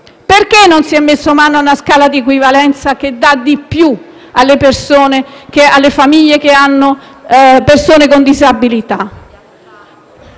perché non si è messo mano a una scala di equivalenza che dia di più alle famiglie che hanno persone con disabilità?